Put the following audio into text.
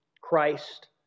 Christ